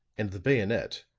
and the bayonet,